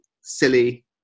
silly